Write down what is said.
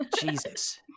Jesus